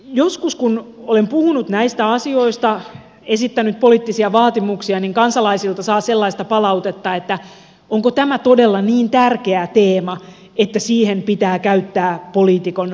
joskus kun olen puhunut näistä asioista esittänyt poliittisia vaatimuksia niin kansalaisilta saa sellaista palautetta että onko tämä todella niin tärkeä teema että siihen pitää käyttää poliitikon aikaa